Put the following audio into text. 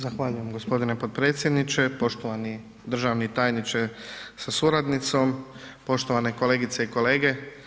Zahvaljujem g. potpredsjedniče, poštovani državni tajniče sa suradnicom, poštovane kolegice i kolege.